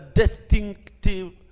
distinctive